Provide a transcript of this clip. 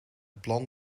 plan